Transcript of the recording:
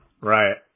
Right